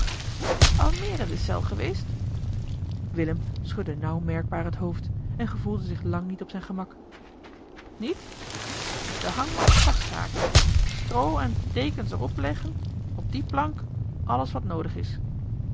in de cel geweest willem schudde nauw merkbaar het hoofd en gevoelde zich lang niet op zijn gemak niet de hangmat vasthaken stroo en dekens er op leggen op die plank alles wat noodig is